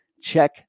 Check